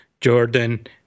Jordan